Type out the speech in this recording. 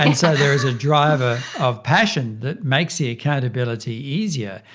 and so there is a driver of passion that makes the accountability easier,